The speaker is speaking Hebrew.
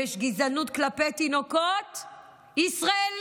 ויש גזענות כלפי תינוקות ישראלים,